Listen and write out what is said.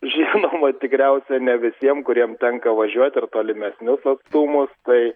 žinoma tikriausia ne visiem kuriem tenka važiuot ir tolimesnius atstumus tai